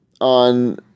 on